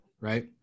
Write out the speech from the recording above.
right